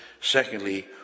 Secondly